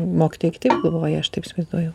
mokytojai taip galvoja aš taip įsivaizduoju